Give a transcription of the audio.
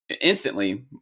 instantly